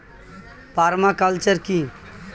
Parma culture কি?